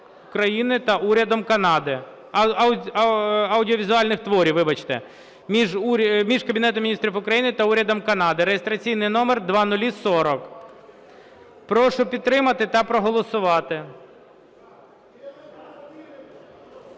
(реєстраційний номер 0040). Прошу підтримати та проголосувати.